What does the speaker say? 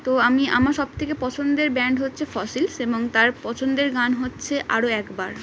তো আমি আমার সব থেকে পছন্দের ব্যান্ড হচ্ছে ফসিলস এবং তার পছন্দের গান হচ্ছে আরও একবার